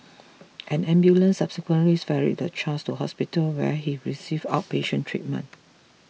an ambulance subsequently ferried the child to hospital where he received outpatient treatment